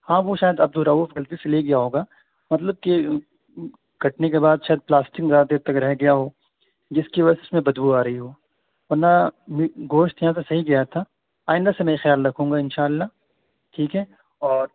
ہاں وہ شاید عبد الرؤف غلطی سے لے گیا ہوگا مطلب کہ کٹنے کے بعد شاید پلاسٹک میں زیادہ دیر تک رہ گیا ہو جس کی وجہ سے اس میں بدبو آ رہی ہو ورنہ گوشت یہاں سے صحیح گیا تھا آئندہ سے میں خیال رکھوں گا ان شاء اللہ ٹھیک ہے اور